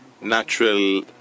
natural